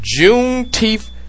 juneteenth